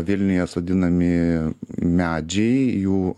vilniuje sodinami medžiai jų